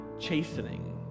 chastening